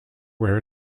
where